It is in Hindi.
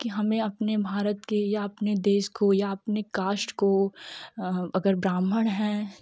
की हमें अपने भारत के या अपने देश को या अपने कास्ट को अगर ब्राह्मण है